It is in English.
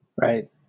Right